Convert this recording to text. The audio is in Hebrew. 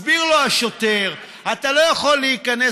מסביר לו השוטר: אתה לא יכול להיכנס,